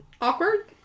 Awkward